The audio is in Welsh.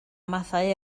mathau